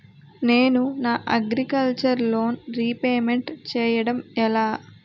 నేను నా agriculture loan repayment చేయడం ఎలా?